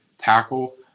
tackle